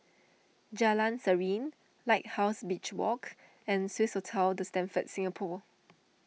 Jalan Serene Lighthouse Beach Walk and Swissotel the Stamford Singapore